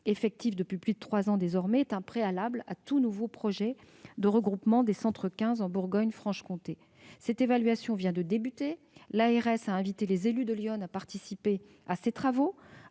effectif depuis plus de trois ans désormais, est un préalable à tout nouveau projet de regroupement de centres 15 en Bourgogne-Franche-Comté. Cette évaluation vient de commencer, et l'ARS a invité les élus de l'Yonne à participer aux travaux,